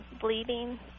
bleeding